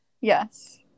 Yes